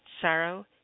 sorrow